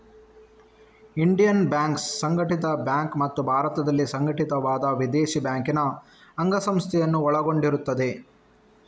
Indian banks ಸಂಘಟಿತ bank ಮತ್ತು ಭಾರತದಲ್ಲಿ ಸಂಘಟಿತವಾದ ವಿದೇಶಿ ಬ್ಯಾಂಕಿನ ಅಂಗಸಂಸ್ಥೆಯನ್ನು ಒಳಗೊಂಡಿರುತ್ತದೆ